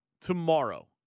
tomorrow